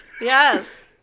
yes